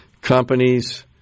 companies